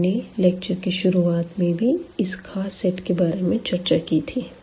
हमने लेक्चर के शुरुआत में भी इस ख़ास सेट के बारे में चर्चा की थी